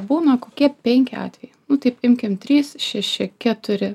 būna kokie penki atvejai taip imkim trys šeši keturi